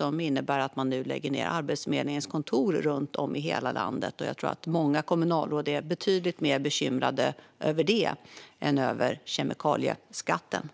Den innebär att Arbetsförmedlingen lägger ned kontor runt om i hela landet. Jag tror att många kommunalråd är betydligt mer bekymrade över det än kemikalieskatten.